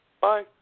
Bye